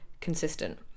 consistent